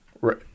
right